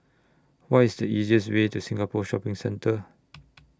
What IS The easiest Way to Singapore Shopping Centre